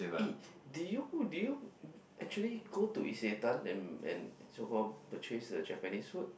eh do you who do you actually go to Isetan and and so called purchase the Japanese food